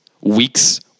weeks